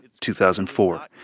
2004